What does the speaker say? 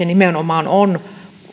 nimenomaan on